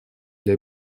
для